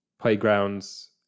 playgrounds